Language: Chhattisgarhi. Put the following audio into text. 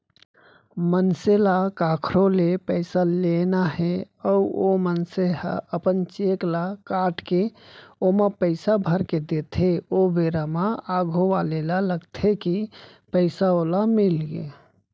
मनसे ल कखरो ले पइसा लेना हे अउ ओ मनसे ह अपन चेक ल काटके ओमा पइसा भरके देथे ओ बेरा म आघू वाले ल लगथे कि पइसा ओला मिलगे